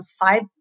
five